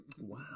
Wow